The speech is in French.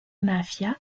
mafia